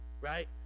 Right